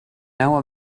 know